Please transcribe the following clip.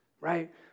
Right